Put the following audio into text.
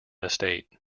estate